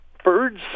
Birds